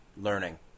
learning